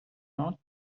not